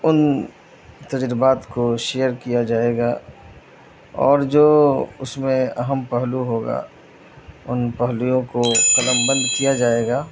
ان تجربات کو شیئر کیا جائے گا اور جو اس میں اہم پہلو ہوگا ان پہلوؤں کو قلم بند کیا جائے گا